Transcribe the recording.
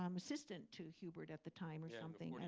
um assistant to hubert at the time or something.